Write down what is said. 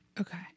Okay